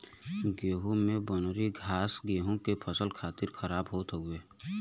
गेंहू में बनरी घास गेंहू के फसल खातिर खराब होत हउवे